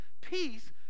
peace